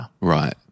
Right